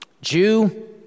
Jew